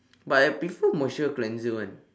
but I prefer moisture cleanser one